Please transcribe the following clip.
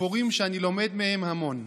סיפורים שאני לומד המון מהם.